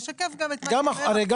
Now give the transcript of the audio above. תשקף גם את --- הרי,